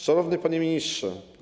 Szanowny Panie Ministrze!